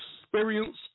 experience